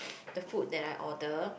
the food that I ordered